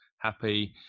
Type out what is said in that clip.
happy